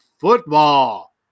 football